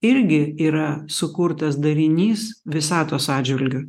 irgi yra sukurtas darinys visatos atžvilgiu